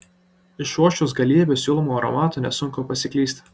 išuosčius galybę siūlomų aromatų nesunku pasiklysti